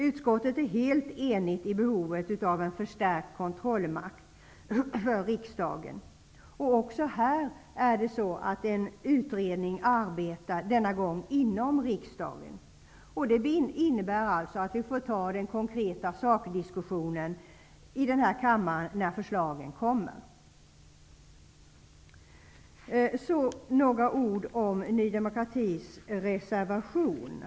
Utskottet är helt enigt när det gäller behovet av en förstärkt kontrollmakt för riksdagen. Även här arbetar en utredning, denna gång inom riksdagen. Det innebär alltså att vi får ta den konkreta sakdiskussionen här i kammaren när förslagen kommer. Jag vill också säga några ord om Ny demokratis reservation.